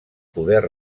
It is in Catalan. poder